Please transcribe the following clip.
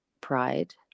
pride